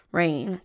rain